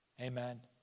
Amen